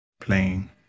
playing